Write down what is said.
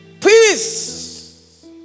Peace